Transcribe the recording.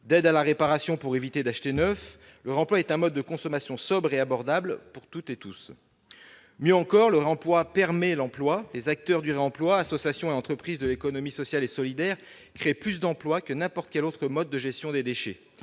d'aide à la réparation pour éviter d'acheter neuf, le réemploi est un mode de consommation sobre et abordable pour toutes et tous. Encore mieux, le réemploi permet l'emploi. Les acteurs du réemploi- associations et entreprises de l'économie sociale et solidaire -créent plus d'emplois que n'importe quel autre mode de gestion des déchets.